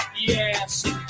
yes